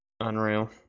Unreal